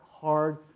hard